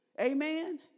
Amen